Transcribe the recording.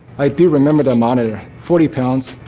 i do remember the monitor. forty pounds,